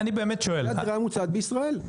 זה הדירה הממוצעת בישראל.